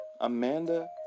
Amanda